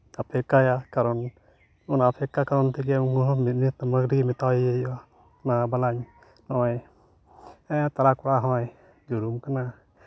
ᱛᱟᱯᱚᱨᱮ ᱠᱟᱭᱟ ᱠᱟᱨᱚᱱ ᱚᱱᱟ ᱚᱯᱮᱠᱠᱷᱟ ᱠᱟᱨᱚᱱ ᱛᱮᱜᱮ ᱢᱮᱛᱟᱣᱟᱭ ᱦᱩᱭᱩᱜᱼᱟ ᱢᱟ ᱵᱟᱞᱟᱧ ᱱᱚᱜᱼᱚᱸᱭ ᱛᱟᱞᱟ ᱠᱚᱲᱟ ᱦᱚᱸᱭ ᱡᱩᱨᱩᱢ ᱠᱟᱱᱟ